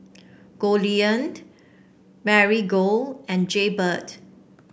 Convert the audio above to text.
Goldlion Marigold and Jaybird